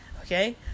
Okay